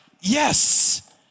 Yes